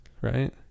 right